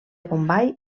bombai